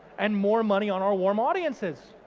and more money on our warm audiences.